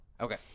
Okay